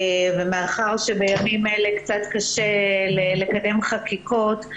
מאחר שבימים אלה קצת קשה לקדם חקיקות,